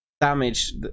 damage